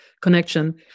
connection